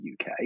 UK